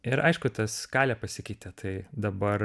ir aišku ta skalė pasikeitė tai dabar